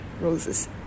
roses